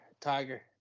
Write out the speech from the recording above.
Tiger